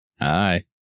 Hi